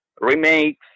remakes